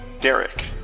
Derek